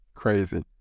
Crazy